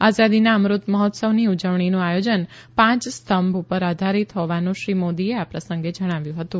આઝાદીના અમૃત મહોત્સવની ઉજવણીનું આથોજન પાંચ સ્થંભ પર આધારિત હોવાનું શ્રી મોદીએ આ પ્રસંગે જણાવ્યુ હતું